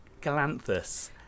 Galanthus